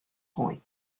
point